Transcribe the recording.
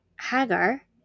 Hagar